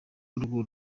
urwo